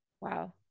Wow